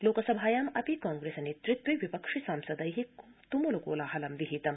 लोकसभायामपि कांप्रेसनेतृत्वे विपक्षि सांसदै तुमुल कोलाहलं विहितम्